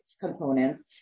components